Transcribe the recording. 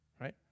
Right